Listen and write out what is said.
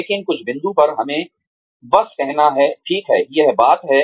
लेकिन कुछ बिंदु पर हमें बस कहना है ठीक है यह बात है